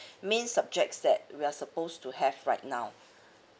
main subjects that we are supposed to have right now